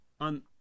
on